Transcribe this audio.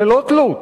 ללא תלות